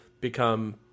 become